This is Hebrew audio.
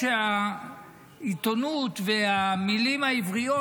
כנראה שהעיתונות והמילים העבריות,